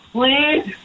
Please